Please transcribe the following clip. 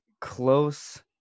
close